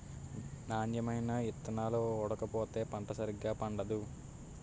నాణ్యమైన ఇత్తనాలు ఓడకపోతే పంట సరిగా పండదు